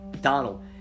Donald